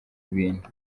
ibintu